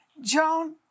Joan